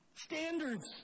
standards